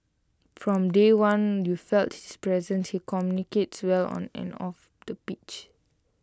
from day one you felt his presence he communicates well on and off the pitch